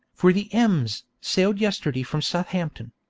for the ems sailed yesterday from southampton.